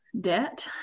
debt